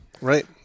Right